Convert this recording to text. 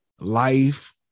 life